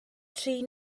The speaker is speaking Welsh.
tri